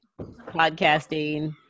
podcasting